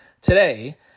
today